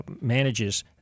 manages